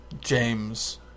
James